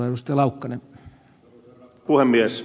arvoisa herra puhemies